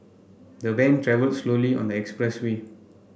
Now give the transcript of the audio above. the van travelled slowly on the expressway